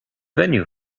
venue